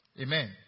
Amen